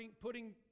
putting